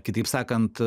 kitaip sakant